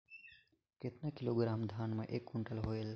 कतना किलोग्राम धान मे एक कुंटल होयल?